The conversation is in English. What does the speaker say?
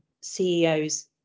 CEOs